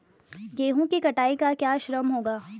गेहूँ की कटाई का क्या श्रम होगा?